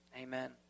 amen